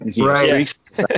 Right